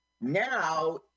now